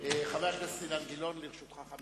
חבר הכנסת אילן גילאון, לרשותך חמש דקות.